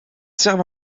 servent